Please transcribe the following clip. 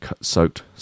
soaked